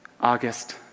August